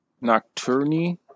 Nocturne